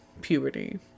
puberty